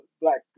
Black